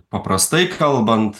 paprastai kalbant